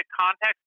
context